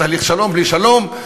תהליך שלום בלי שלום.